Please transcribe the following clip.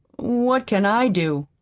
what can i do?